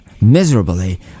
miserably